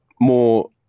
more